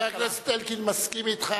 חבר הכנסת אלקין מסכים אתך,